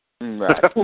Right